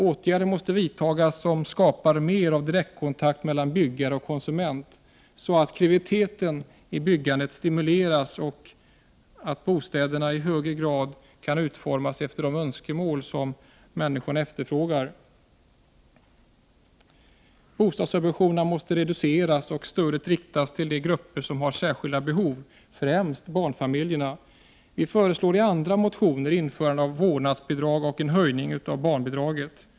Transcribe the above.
Åtgärder måste vidtas som ger mer av direktkontakt mellan byggare och konsument, så att kreativiteten i byggandet stimuleras och bostäderna i högre grad kan utformas i enlighet med människors önskemål. = Bostadssubventionerna måste reduceras och stödet måste riktas till de grupper som har särskilda behov, främst barnfamiljerna. Vi föreslår i andra motioner införande av vårdnadsbidrag och en höjning av barnbidraget.